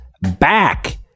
back